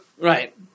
Right